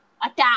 Attack